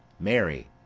marry,